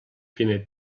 primer